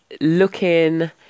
looking